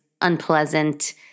unpleasant